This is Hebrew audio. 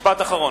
משפט אחרון.